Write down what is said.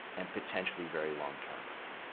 and potentially very long term.